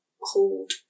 hold